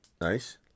Nice